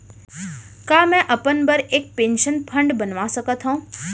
का मैं अपन बर एक पेंशन फण्ड बनवा सकत हो?